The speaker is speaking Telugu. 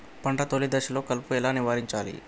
పంట తొలి దశలో కలుపు ఎలా నివారించాలి?